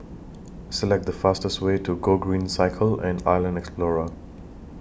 Select The fastest Way to Gogreen Cycle and Island Explorer